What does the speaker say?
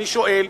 אני שואל,